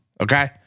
Okay